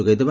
ଯୋଗାଇଦେବ